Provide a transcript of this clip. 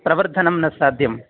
प्रवर्धनं न साध्यं